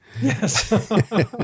Yes